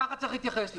כך יש להתייחס לזה.